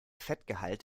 fettgehalt